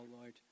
Lord